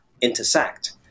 intersect